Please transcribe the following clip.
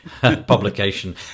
publication